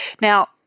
Now